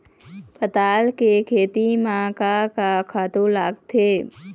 पताल के खेती म का का खातू लागथे?